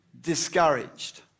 discouraged